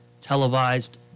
televised